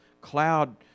cloud